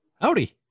Howdy